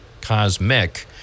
Cosmic